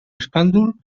escàndol